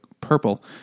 purple